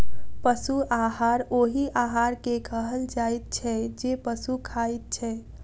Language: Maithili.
पशु आहार ओहि आहार के कहल जाइत छै जे पशु खाइत छै